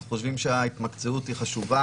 אנחנו חושבים שההתמקצעות היא חשובה.